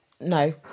no